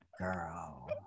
girl